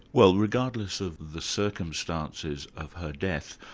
well regardless of the circumstances of her death,